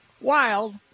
Wild